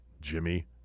Jimmy